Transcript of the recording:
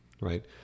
right